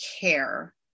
care